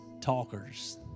talkers